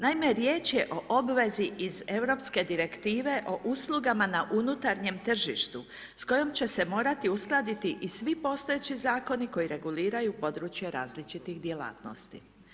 Naime, riječ je obvezi iz europske direktive o uslugama na unutarnjem tržištu s kojom će se morati uskladiti i svi postojeći zakoni koji reguliraju područje različitih djelatnosti.